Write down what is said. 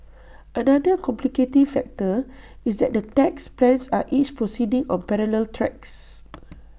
another complicating factor is that the tax plans are each proceeding on parallel tracks